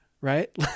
right